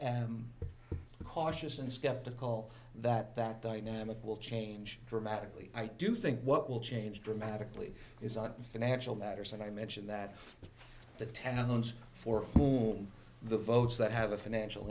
am cautious and skeptical that that dynamic will change dramatically i do think what will change dramatically is on the financial matters that i mentioned that the talents for whom the votes that have a financial